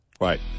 right